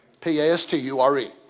P-A-S-T-U-R-E